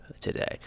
today